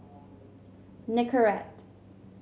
nicorette